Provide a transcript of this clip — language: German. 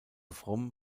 fromm